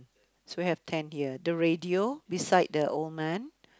so we have ten here the radio beside the old man